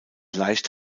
leicht